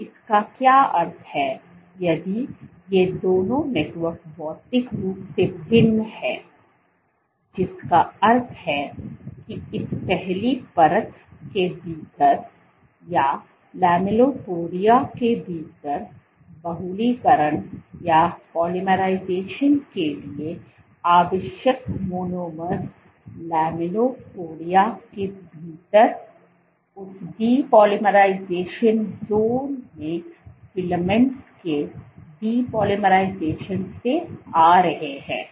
तो इसका क्या अर्थ है यदि ये दोनों नेटवर्क भौतिक रूप से भिन्न हैं जिसका अर्थ है कि इस पहली परत के भीतर या लैमेलिपोडिया के भीतर बहुलकीकरण के लिए आवश्यक मोनोमर्स लैमेलिपोडिया के भीतर उस डीपोलाइराइजेशन ज़ोन में फिलामेंट्स के डीकोलाइराइज़ेशन से आ रहे हैं